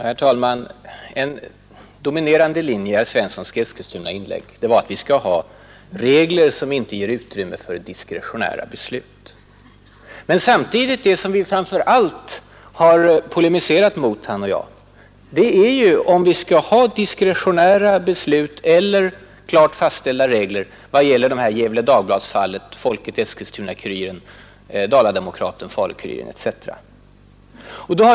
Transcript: Herr talman! En dominerande linje i herr Svenssons i Eskilstuna inlägg var att det inte skall finnas regler som ger utrymme för diskretionära beslut. Samtidigt har han framför allt pläderat just för diskretionära beslut vad gäller Gefle Dagblad, Arbetarbladet, Folket, Eskilstuna-K uriren, Dala-Demokraten, Falu-Kuriren etc.